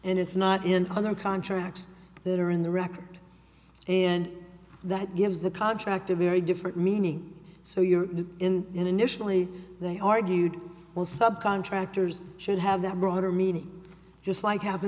and it's not in other contracts that are in the record and that gives the contract a very different meaning so you're in initially they argued well subcontractors should have that broader meaning just like hav